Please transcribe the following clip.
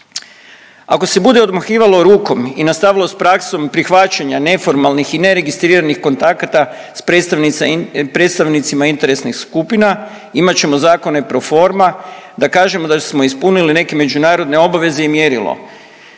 Ako se bude odmahivalo rukom i nastavilo s praksom prihvaćanja neformalnih i neregistriranih kontakata s predstavnicima interesnih skupina, imat ćemo zakone pro forma da kažemo da smo ispunili neke međunarodne obveze i mjerilo.